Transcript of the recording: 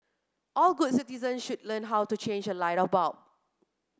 all good citizen should learn how to change a light bulb